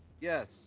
Yes